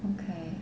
okay